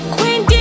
Queen